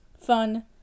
fun